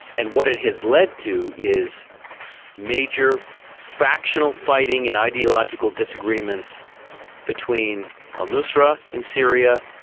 and what it has led to is major factional fighting and ideological disagreements between al-nusra in syria,